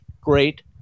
great